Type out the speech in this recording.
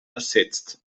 ersetzt